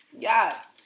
Yes